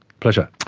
pleasure,